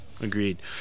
Agreed